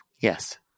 Yes